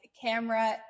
camera